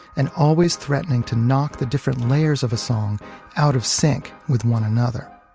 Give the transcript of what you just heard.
and always threatening to knock the different layers of a song out of sync with one another.